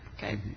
Okay